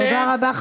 תודה רבה,